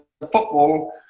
football